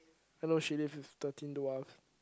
hello she live with thirteen dwarf